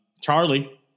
Charlie